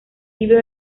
libro